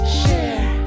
share